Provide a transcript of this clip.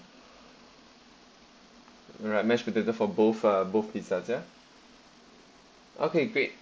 alright mashed potato for both uh both pizzas ya okay great